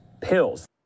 pills